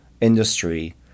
industry